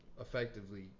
effectively